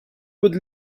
would